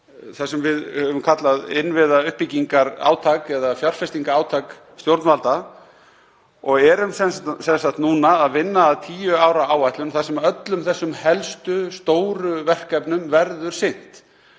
það sem við höfum kallað innviðauppbyggingarátak eða fjárfestingarátak stjórnvalda og erum sem sagt núna að vinna að tíu ára áætlun þar sem öllum þessum helstu stóru verkefnum verður sinnt.